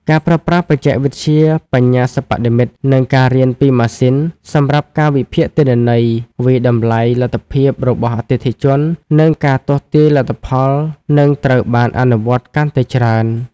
ការប្រើប្រាស់បច្ចេកវិទ្យាបញ្ញាសិប្បនិម្មិត និងការរៀនពីម៉ាស៊ីន សម្រាប់ការវិភាគទិន្នន័យ វាយតម្លៃលទ្ធភាពរបស់អតិថិជន និងការទស្សន៍ទាយលទ្ធផលនឹងត្រូវបានអនុវត្តកាន់តែច្រើន។